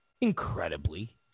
incredibly